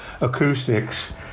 acoustics